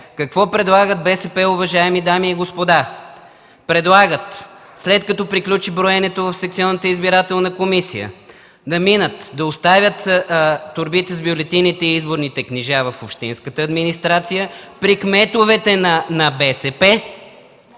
Какво предлагат БСП, уважаеми дами и господа? Предлагат след като приключи броенето в секционната избирателна комисия да минат да оставят торбите с бюлетините и изборните книжа в общинската администрация, при кметовете на БСП...